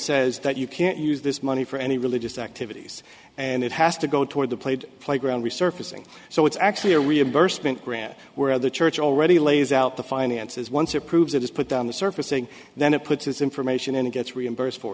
says that you can't use this money for any religious activities and it has to go toward the played playground resurfacing so it's actually a reimbursement grant where the church already lays out the finances once or proves it is put on the surfacing then it puts this information in it gets reimbursed for